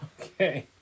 Okay